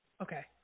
Okay